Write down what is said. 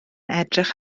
edrych